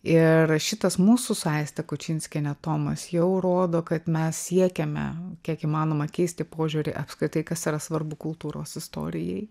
ir šitas mūsų su aiste kučinskiene tomas jau rodo kad mes siekiame kiek įmanoma keisti požiūrį apskritai kas yra svarbu kultūros istorijai